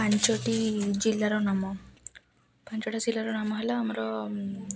ପାଞ୍ଚଟି ଜିଲ୍ଲାର ନାମ ପାଞ୍ଚଟା ଜିଲ୍ଲାର ନାମ ହେଲା ଆମର